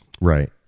right